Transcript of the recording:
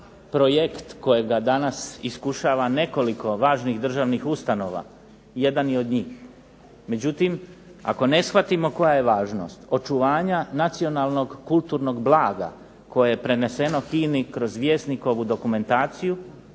projekt kojega danas iskušava nekoliko važnih državnih ustanova jedan je od njih, međutim ako ne shvatimo koja je važnost očuvanja nacionalnog kulturnog blaga koje je preneseno HINA-i kroz vjesnikovu dokumentaciju,